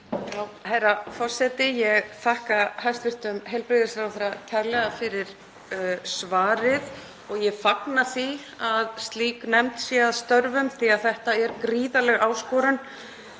Herra forseti. Ég þakka hæstv. heilbrigðisráðherra kærlega fyrir svarið. Ég fagna því að slík nefnd sé að störfum því að þetta er gríðarleg áskorun,